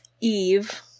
Eve